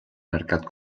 mercat